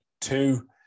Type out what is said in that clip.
Two